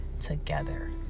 together